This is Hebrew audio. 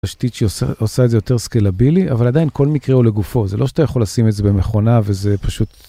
תשתית שעושה את זה יותר סקלבילי אבל עדיין כל מקרה הוא לגופו זה לא שאתה יכול לשים את זה במכונה וזה פשוט.